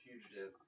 fugitive